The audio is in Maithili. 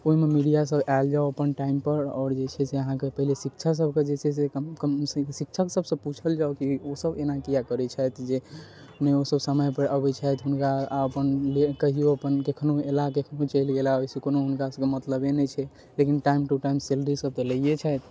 ओहिमे मीडिया सब आयल जाउ अपन टाइम पर आओर जे छै से अहाँके थोड़े शिक्षक सबके जे छै से कम सऽ कम शिक्षक सब सऽ पूछल जाउ की ओ सब एना किए करै छथि जे ने ओसब समय पर अबै छथि हुनका आ अपन जे कहियो अपन कखनो अयला कखनो चलि गेला ओहिसऽ हुनका सबके मतलबे नहि छै लेकिन टाइम टु टाइम सैलरी सब तऽ लै छथि